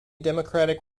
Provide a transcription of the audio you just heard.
democratic